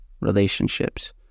relationships